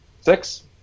six